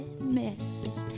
miss